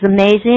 amazing